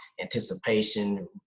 anticipation